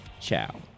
ciao